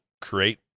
create